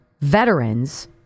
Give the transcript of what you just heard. veterans